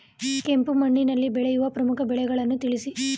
ಕೆಂಪು ಮಣ್ಣಿನಲ್ಲಿ ಬೆಳೆಯುವ ಪ್ರಮುಖ ಬೆಳೆಗಳನ್ನು ತಿಳಿಸಿ?